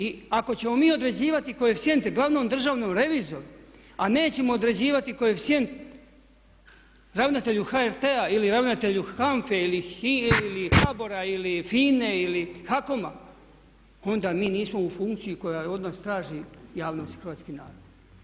I ako ćemo mi određivati koeficijente glavnom državnom revizoru a nećemo određivati koeficijent ravnatelju HRT-a ili ravnatelju HANFA-e, ili HBOR-a, ili FINA-e ili HACOM-a onda mi nismo u funkciji koju od nas traži javnost, hrvatski narod.